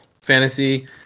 fantasy